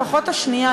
לפחות השנייה,